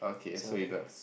so I do